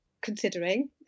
considering